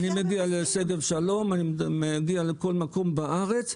אני מגיע לשגב שלום, מגיע לכל מקום בארץ.